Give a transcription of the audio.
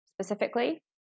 specifically